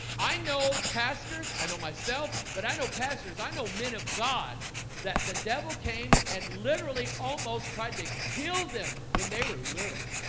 i know pastors i know myself, but i know pastors i know men of god that the devil came and literally almost tried to kill them when they were little